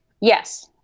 Yes